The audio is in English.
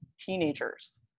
teenagers